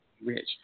rich